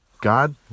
God